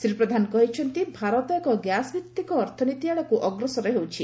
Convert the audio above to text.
ଶ୍ରୀ ପ୍ରଧାନ କହିଛନ୍ତି ଭାରତ ଏକ ଗ୍ୟାସ୍ ଭିଭିକ ଅର୍ଥନୀତି ଆଡ଼କୁ ଅଗ୍ରସର ହେଉଛି